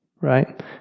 Right